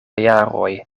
jaroj